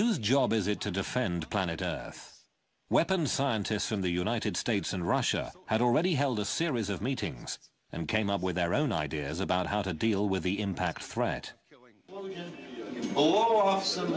whose job is it to defend planet earth weapons scientists in the united states and russia had already held a series of meetings and came up with their own ideas about how to deal with the impact threat